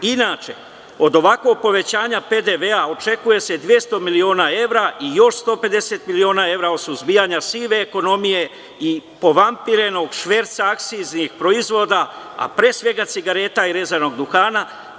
Inače, od ovakvog povećanja PDV očekuje se 200 miliona evra i još 150 miliona evra od suzbijanja sive ekonomije i povampirenog šverca akciznih proizvoda, a pre svega cigareta i rezanog duvana.